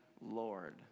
Lord